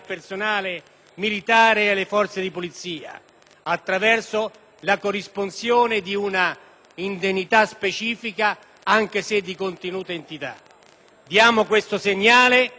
attraverso la corresponsione di una indennità specifica, anche se di contenuta entità. Diamo questo segnale, ricordando che è quello stesso personale